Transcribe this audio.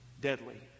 deadly